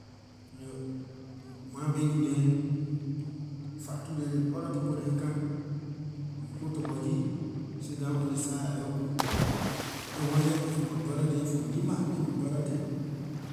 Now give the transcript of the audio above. ma bendu dem fatu dem, ley orda people dem come, you cook turborgee sit down on ley side dah yor own. Ley one here aay for my brother dem from nimba me and my brother dem